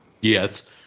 Yes